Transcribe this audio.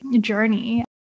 journey